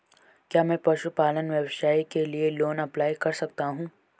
क्या मैं पशुपालन व्यवसाय के लिए लोंन अप्लाई कर सकता हूं?